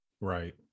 Right